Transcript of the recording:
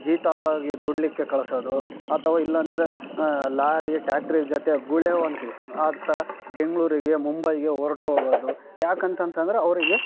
ಜೀತಳಾಗಿ ದುಡಿಲಿಕ್ಕೆ ಕಳ್ಸೋದು ಅಥವಾ ಇಲ್ಲಾಂದರೆ ಲಾರಿ ಟ್ಯಾಕ್ಟ್ರೀಸ್ ಜೊತೆ ಗುಳೆವು ಅಂತಿವಿ ಆ ಥರ ಬೆಂಗಳೂರಿಗೆ ಮುಂಬೈಗೆ ಹೊರ್ಟ್ ಹೋಗೋದು ಯಾಕಂತಂತಂದ್ರೆ ಅವರಿಗೆ